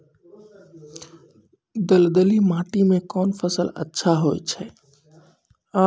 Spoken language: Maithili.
दलदली माटी म कोन फसल अच्छा होय छै?